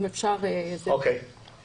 אוקיי.